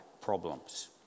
problems